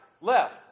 left